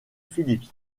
philips